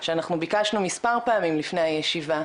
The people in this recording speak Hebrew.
שאנחנו ביקשנו מספר פעמים לפני הישיבה,